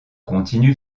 continue